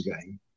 game